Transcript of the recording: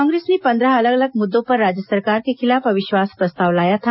कांग्रेस ने पंद्रह अलग अलग मुद्दों पर राज्य सरकार के खिलाफ अविश्वास प्रस्ताव लाया था